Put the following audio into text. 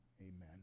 Amen